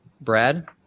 Brad